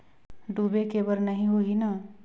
डूबे के बर नहीं होही न?